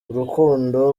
urukundo